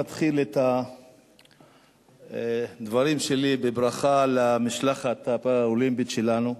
להתחיל את הדברים שלי בברכה למשלחת הפראלימפית שלנו,